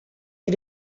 you